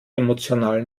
emotional